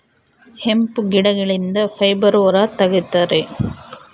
hemp ಗಿಡಗಳಿಂದ fibre ಹೊರ ತಗಿತರೆ